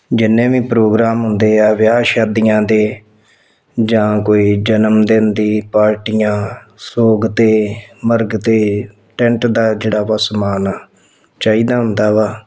ਜਿੰਨੇ ਵੀ ਪ੍ਰੋਗਰਾਮ ਹੁੰਦੇ ਆ ਵਿਆਹ ਸ਼ਾਦੀਆਂ ਦੇ ਜਾਂ ਕੋਈ ਜਨਮਦਿਨ ਦੀ ਪਾਰਟੀਆਂ ਸੋਗ 'ਤੇ ਮਰਗ 'ਤੇ ਟੈਂਟ ਦਾ ਜਿਹੜਾ ਵਾ ਸਮਾਨ ਚਾਹੀਦਾ ਹੁੰਦਾ ਵਾ